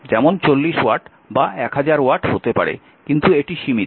যেমন 40 ওয়াট বা 1000 ওয়াট হতে পারে কিন্তু এটি সীমিত